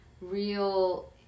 real